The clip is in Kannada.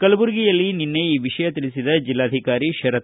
ಕಲಬುರಗಿಯಲ್ಲಿ ನಿನ್ನೆ ಈ ವಿಷಯ ತಿಳಿಸಿದ ಜಿಲ್ಲಾಧಿಕಾರಿ ಶರತ್